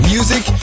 Music